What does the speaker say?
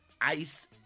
ice